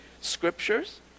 scriptures